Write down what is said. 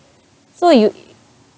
so you